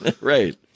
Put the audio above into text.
Right